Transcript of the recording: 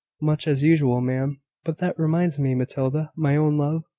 much as usual, ma'am. but that reminds me matilda, my own love,